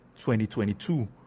2022